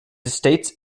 states